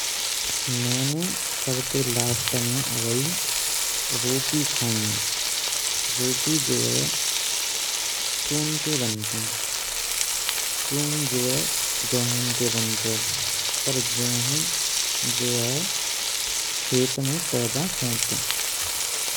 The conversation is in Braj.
मैंने सबसे लास्ट में अबई रोटी खाईने, रोटी जो है चून्न ते बनतेई चून्न जो है गेहूं ते बनतु है और गेहूं जो है खेत में पैदा होते हैं।